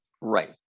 Right